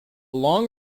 long